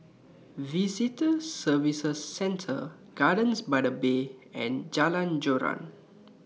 Visitor Services Center Gardens By The Bay and Jalan Joran